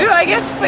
i guess for